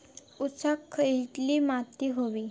ऊसाक खयली माती व्हयी?